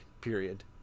period